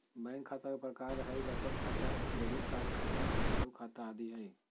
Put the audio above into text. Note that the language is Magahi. बैंक खता के प्रकार हइ बचत खाता, क्रेडिट कार्ड खाता, चालू खाता आदि हइ